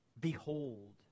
Behold